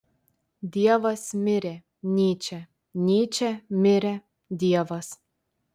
dievas mirė nyčė nyčė mirė dievas